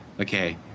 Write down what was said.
Okay